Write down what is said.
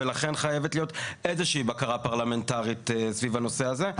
ולכן חייבת להיות איזושהי בקרה פרלמנטרית סביב הנושא הזה.